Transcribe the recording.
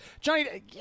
Johnny